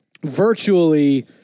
virtually